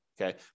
okay